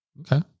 Okay